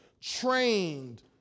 trained